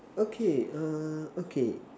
okay err okay